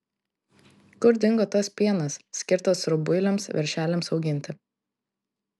kur dingo tas pienas skirtas rubuiliams veršeliams auginti